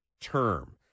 term